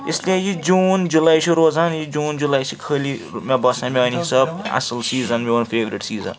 اِسلیے یہِ جوٗن جُلائی چھُ روزان یہِ جوٗن جُلائی چھِ خٲلی مےٚ باسان میٛانہِ حِساب اَصٕل سیٖزَن میٛون فیٚورِٹ سیٖزَن